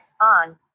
on